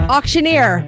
Auctioneer